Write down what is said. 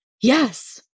Yes